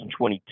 2022